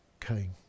came